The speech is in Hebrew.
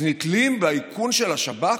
אז נתלים באיכון של השב"כ?